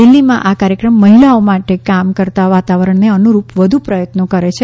દિલ્હીમાં આ કાર્યક્રમ મહિલાઓ માટે કામ કરતા વાતાવરણને અનુરૂપ વધુ પ્રયત્નો કરે છે